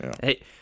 Hey